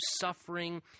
suffering